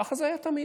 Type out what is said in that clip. ככה זה היה תמיד.